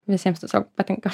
nes jiems tiesiog patinka